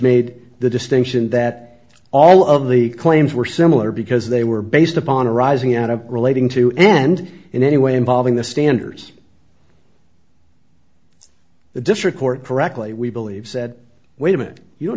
made the distinction that all of the claims were similar because they were based upon arising out of relating to and in any way involving the standers the district court directly we believe said wait a minute you don't